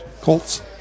Colts